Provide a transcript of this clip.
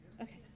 Okay